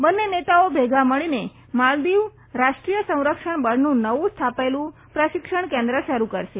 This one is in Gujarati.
બંને નેતાઓ ભેગા મળીને માલદીવ રાષ્ટ્રીય સંરક્ષણ બળનું નવુ સ્થપાયેલુ પ્રશીક્ષણ કેન્દ્ર શરૂ કરશે